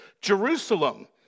Jerusalem